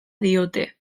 diote